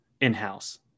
in-house